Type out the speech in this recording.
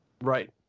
Right